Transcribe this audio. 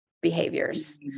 behaviors